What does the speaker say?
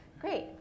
Great